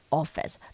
office